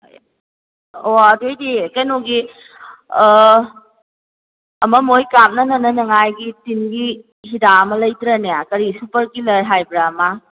ꯑꯣ ꯑꯗꯨꯏꯗꯤ ꯀꯩꯅꯣꯒꯤ ꯑꯃ ꯃꯣꯏ ꯀꯥꯞꯅꯅꯅꯉꯥꯏꯒꯤ ꯇꯤꯟꯒꯤ ꯍꯤꯗꯥꯛ ꯑꯃ ꯂꯩꯇ꯭ꯔꯅꯦ ꯀꯔꯤ ꯁꯨꯄꯔ ꯀꯤꯜꯂꯔ ꯍꯥꯏꯕ꯭ꯔꯥ ꯑꯃ